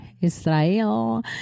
israel